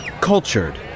cultured